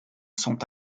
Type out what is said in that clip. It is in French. sont